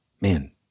man